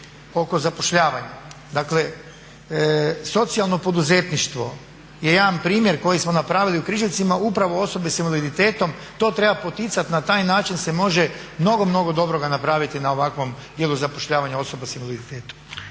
oko zapošljavanja. Dakle socijalno poduzetništvo je jedan primjer koji smo napravili u Križevcima upravo osobe s invaliditetom, to treba poticat, na taj način se može mnogo, mnogo dobroga napraviti na ovakvom dijelu zapošljavanja osoba s invaliditetom.